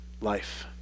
life